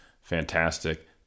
fantastic